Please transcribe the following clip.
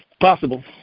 Possible